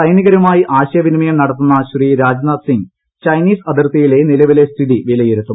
സൈനികരുമായി ആശയവിനിമയം നടത്തുന്ന ശ്രീ രാജ്നാഥ്സിങ് ചൈനീസ് അതിർത്തിയിലെ നിലവിലെ സ്ഥിതി വിലയിരുത്തും